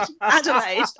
Adelaide